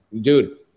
Dude